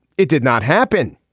it did not happen.